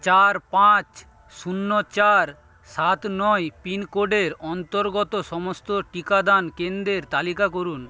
চার পাঁচ শূন্য চার সাত নয় পিনকোডের অন্তর্গত সমস্ত টিকাদান কেন্দ্রের তালিকা করুন